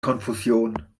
konfusion